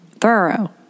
thorough